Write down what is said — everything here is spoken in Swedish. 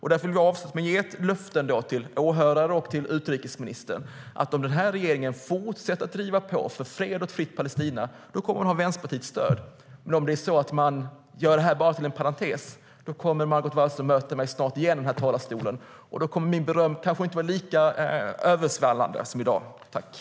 Därför vill jag avsluta med att ge ett löfte till åhörarna och till utrikesministern. Om regeringen fortsätter att driva på för fred och för ett fritt Palestina kommer den att ha Vänsterpartiets stöd. Men om man bara gör detta till en parentes kommer Margot Wallström att möta mig snart igen i denna talarstol, och då kommer mitt beröm kanske inte att vara lika översvallande som i dag.